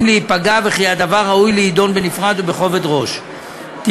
שלישית: הצעת חוק הביטוח הלאומי (תיקון מס'